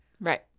Right